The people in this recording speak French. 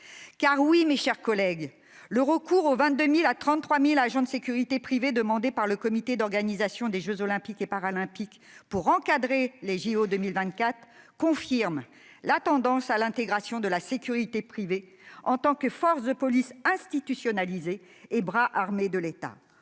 Oui, mes chers collègues, le recours aux 22 000 à 33 000 agents de sécurité privée demandés par le comité d'organisation des jeux Olympiques et Paralympiques pour encadrer les Jeux confirme la tendance à l'intégration de la sécurité privée en tant que force de police institutionnalisée et bras armé de l'État.